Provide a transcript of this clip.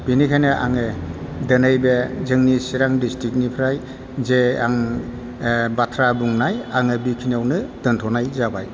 बेनिखायनो आङो दिनै बे जोंनि चिरां डिस्ट्रिक्टनिफ्राय जे आं बाथ्रा बुंनाय आङो बेखिनियावनो दोन्थ'नाय जाबाय